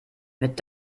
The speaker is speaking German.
mit